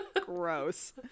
Gross